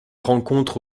rencontre